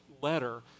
letter